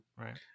right